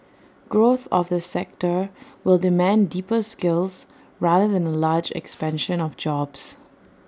growth of the sector will demand deeper skills rather than A large expansion of jobs